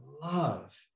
love